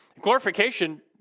Glorification